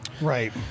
Right